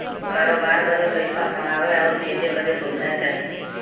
करोबार बदे पइसा मंगावे आउर भेजे बदे सुविधा चाही